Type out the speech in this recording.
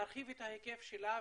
להרחיב את ההיקף שלה